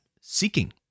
seeking